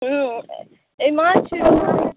हँ ऐ माछ के नाम